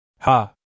Ha